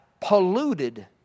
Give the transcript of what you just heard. polluted